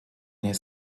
his